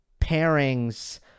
pairings